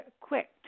quick